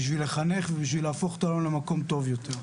בשביל לחנך ובשביל להפוך את העולם למקום טוב יותר.